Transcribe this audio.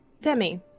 Demi